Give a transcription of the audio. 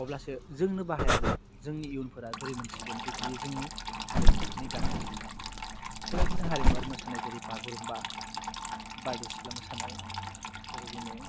अब्लासो जोंनो बाहायाब्ला जोंनि इयुनफोरा बोरै मोनथिगोनदि बियो जोंनि हारिमुनि गाननाय जोमनाय बेबायदिनो हारिमुवारि मोसानाय जेरै बागुरुमबा बारदैसिख्ला मोसानाय बेबायदिनो